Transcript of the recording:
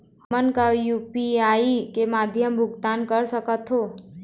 हमन का यू.पी.आई के माध्यम भुगतान कर सकथों?